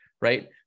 right